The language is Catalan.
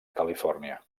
califòrnia